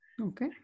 Okay